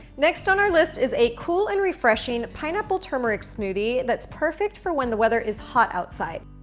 next on our list is a cool and refreshing pineapple turmeric smoothie, that's perfect for when the weather is hot outside.